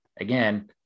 Again